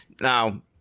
Now